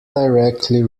directly